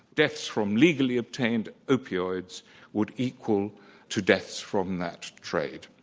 deaths from legally obtained opioids would equal to deaths from that trade.